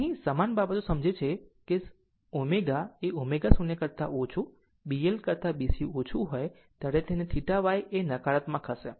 આમ અહીં સમાન બાબત સમજે છે કે જ્યારે ω એ ω0 કરતાં ઓછું B L કરતા B C ઓછું હોય ત્યારે આપણે જેને θ Y તે નકારાત્મક હશે